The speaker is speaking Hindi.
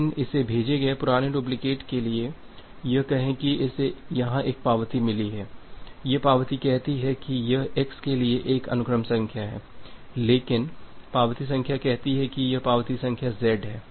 लेकिन इसे भेजे गए पुराने डुप्लिकेट के लिए यह कहें कि इसे यहां एक पावती मिली है यह पावती कहती है कि यह x के लिए एक अनुक्रम संख्या है लेकिन पावती संख्या कहती है कि पावती संख्या z है